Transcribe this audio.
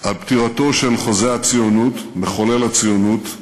על פטירתו של חוזה הציונות, מחולל הציונות,